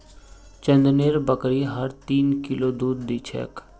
चंदनेर बकरी हर दिन तीन किलो दूध दी छेक